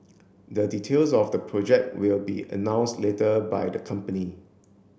the details of the project will be announced later by the company